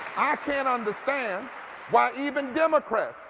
i can't understand why even democrats.